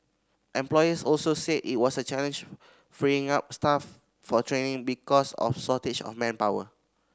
employers also said it was a challenge freeing up staff for training because of shortage of manpower